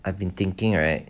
I have been thinking right